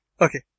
Okay